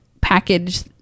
package